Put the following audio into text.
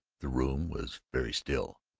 the room was very still.